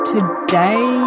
Today